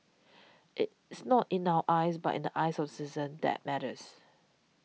it's not in our eyes but in the eyes of the citizens that matter